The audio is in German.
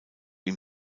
ihm